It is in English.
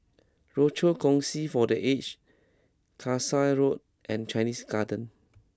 Rochor Kongsi for the Aged Kasai Road and Chinese Garden